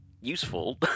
useful